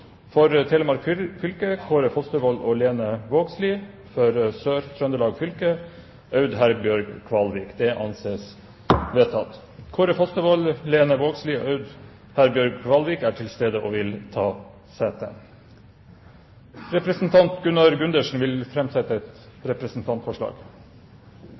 for å møte i permisjonstiden: For Telemark fylke: Kåre Fostervold og Lene VågslidFor Sør-Trøndelag fylke: Aud Herbjørg Kvalvik Kåre Fostervold, Lene Vågslid og Aud Herbjørg Kvalvik er til stede og vil ta sete. Representanten Gunnar Gundersen vil